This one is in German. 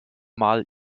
mal